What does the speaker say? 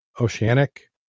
Oceanic